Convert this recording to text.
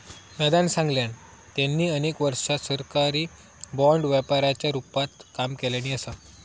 दादानं सांगल्यान, त्यांनी अनेक वर्षा सरकारी बाँड व्यापाराच्या रूपात काम केल्यानी असा